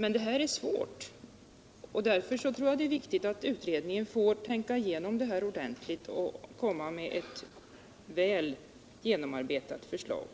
Men det här är svårt, och därför tror jag det är viktigt att utredningen får tänka igenom detta ordentligt och komma med ett väl genomarbetat förslag.